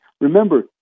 Remember